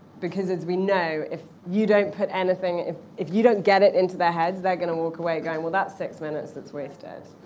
because as we know, if you don't put anything if if you don't get it into their heads, they're going to walk away going, well, that's six minutes that's wasted.